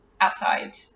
outside